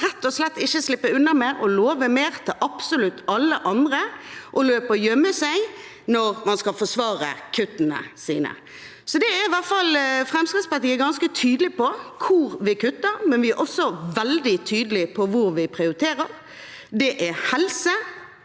rett og slett ikke slippe unna med å love mer til absolutt alle andre og løpe og gjemme seg når man skal forsvare kuttene sine. Fremskrittspartiet er i hvert fall ganske tydelig på hvor vi kutter, men vi er også veldig tydelige på hvor vi prioriterer. Det er helse,